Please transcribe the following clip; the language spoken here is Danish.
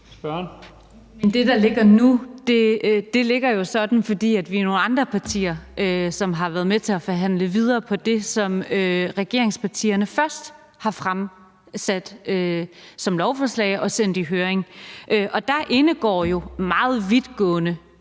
Det, der ligger nu, ligger jo sådan, fordi vi er nogle andre partier, som har været med til at forhandle videre på det, som regeringspartierne først havde fremsat som lovforslag og sendt i høring. Der indgik jo meget vidtgående